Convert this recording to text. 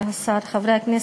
והשר, חברי הכנסת,